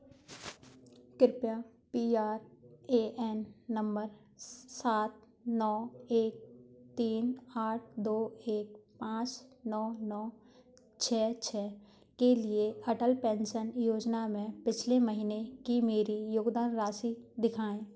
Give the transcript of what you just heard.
कृपया P R A N number सात नौ एक तीन आठ दो एक पाँच नौ नौ छः छः के लिए अटल पेंसन योजना में पिछले महीने की मेरी योगदान राशि दिखाएँ